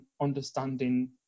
understanding